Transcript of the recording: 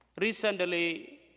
Recently